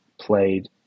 played